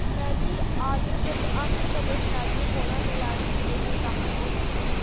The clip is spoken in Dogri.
नदी आदर आंध्र प्रदेश राज्य कोला बेल्लारी जि'ले च दाखल होंदी ऐ